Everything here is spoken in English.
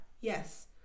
Yes